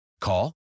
Call